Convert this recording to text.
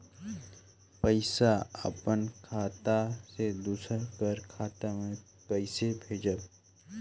पइसा अपन खाता से दूसर कर खाता म कइसे भेजब?